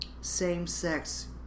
same-sex